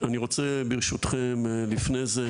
ברשותכם לפני דברי,